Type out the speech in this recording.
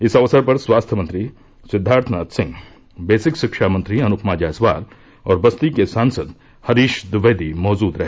इस अवसर पर स्वास्थ्य मंत्री सिद्वार्थनाथ सिंह बेसिक शिक्षा मंत्री अनुपमा जायसवाल और बस्ती के सांसद हरीश ट्विवेदी मौजूद रहे